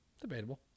Debatable